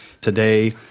Today